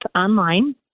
online